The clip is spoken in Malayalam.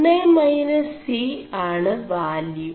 1 ൈമനസ് C ആണ് വാലçø